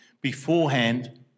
beforehand